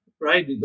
right